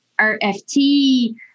rft